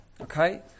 okay